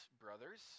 brothers